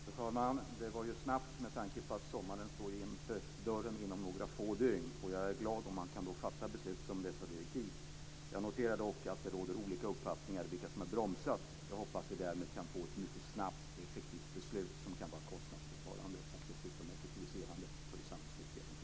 Fru talman! Det var ju snabbt med tanke på att sommaren står inför dörren. Jag är glad om man kan fatta beslut om dessa direktiv. Jag noterar dock att det råder olika uppfattningar om vilka det är som har bromsat. Men jag hoppas att vi kan få ett mycket snabbt beslut som kan vara kostnadsbesparande och dessutom effektiviserande för de samhällsnyttiga funktionerna.